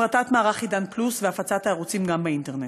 הפרטת מערך "עידן פלוס" והפצת הערוצים גם באינטרנט: